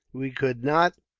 we could not,